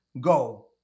go